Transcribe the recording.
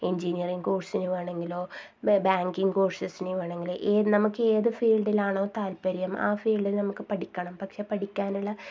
engineering കോഴ്സിന് വേണമെങ്കിലോ banking കോഴ്സസിനു വേണമെങ്കിലോ നമുക്ക് ഏത് ഫീൽഡിലാണോ താല്പര്യം ആ ഫീൽഡിൽ നമുക്ക് പഠിക്കണം പക്ഷെ പഠിക്കാനുള്ള